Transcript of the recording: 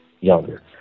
younger